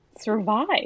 survive